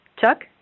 Chuck